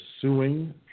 suing